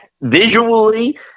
visually